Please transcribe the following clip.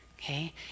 okay